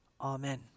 Amen